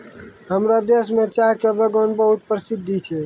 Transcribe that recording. हमरो देश मॅ चाय के बागान बहुत प्रसिद्ध छै